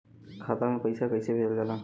खाता में पैसा कैसे भेजल जाला?